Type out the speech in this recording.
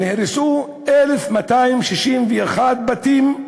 נהרסו 1,261 בתים,